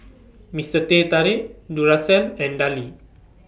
Mister Teh Tarik Duracell and Darlie